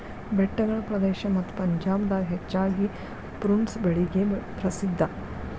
ಬೆಟ್ಟಗಳ ಪ್ರದೇಶ ಮತ್ತ ಪಂಜಾಬ್ ದಾಗ ಹೆಚ್ಚಾಗಿ ಪ್ರುನ್ಸ್ ಬೆಳಿಗೆ ಪ್ರಸಿದ್ಧಾ